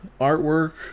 artwork